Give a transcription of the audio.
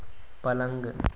पलंग